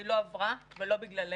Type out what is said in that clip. היא לא עברה ולא בגללנו.